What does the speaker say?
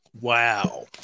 Wow